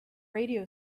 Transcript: radio